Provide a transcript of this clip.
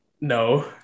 No